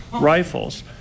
rifles